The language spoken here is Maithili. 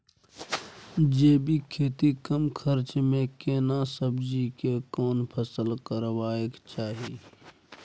जैविक खेती कम खर्च में केना सब्जी के कोन फसल करबाक चाही?